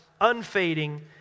unfading